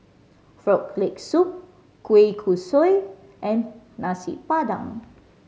Frog Leg Soup kueh kosui and Nasi Padang